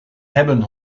hebben